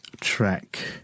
track